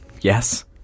Yes